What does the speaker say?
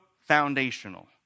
foundational